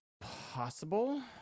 Possible